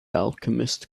alchemist